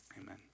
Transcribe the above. Amen